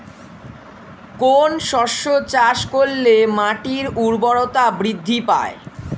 কোন শস্য চাষ করলে মাটির উর্বরতা বৃদ্ধি পায়?